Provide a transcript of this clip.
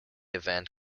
event